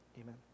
amen